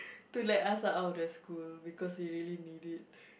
to let us out of the school because we really need it